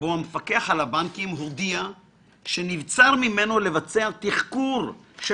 בו המפקח על הבנקים הודיע שנבצר ממנו לבצע תחקור של